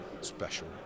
special